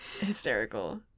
Hysterical